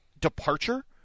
departure